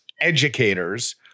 educators